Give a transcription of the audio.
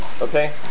Okay